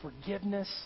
forgiveness